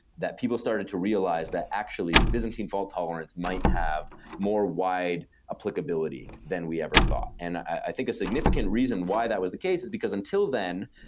that people started to realize that actually byzantine fault-tolerant might have more wide applicability than we ever thought. and i think a significant reason why that was the case is because until then,